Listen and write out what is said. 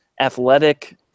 athletic